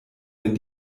wenn